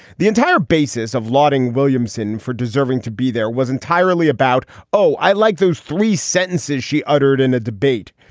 the entire basis of lauding williamson for deserving to be there was entirely about oh, i like those three sentences she uttered in a debate.